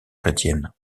chrétienne